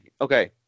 Okay